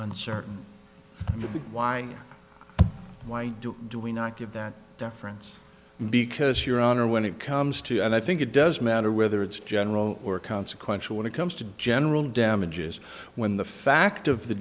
uncertain why why do we not give that deference because your honor when it comes to and i think it does matter whether it's general or consequential when it comes to general damages when the fact of the